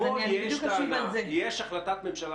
אבל פה יש טענה שאומרת שיש החלטת ממשלה